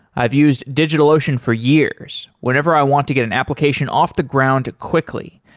i've used digitalocean for years whenever i want to get an application off the ground quickly,